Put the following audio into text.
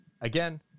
again